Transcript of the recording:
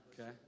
okay